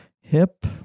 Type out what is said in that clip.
hip